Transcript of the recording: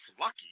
lucky